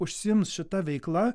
užsiims šita veikla